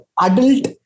adult